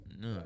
No